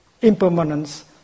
impermanence